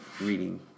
reading